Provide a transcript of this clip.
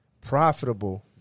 profitable